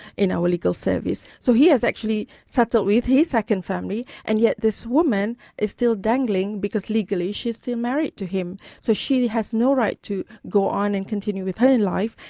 in our legal service. so he has actually set up with his second family, and yet this woman is still dangling, because legally she is still married to him, so she has no right to go on and continue with her life,